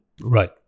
Right